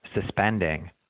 suspending